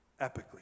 epically